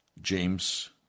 James